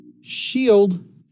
shield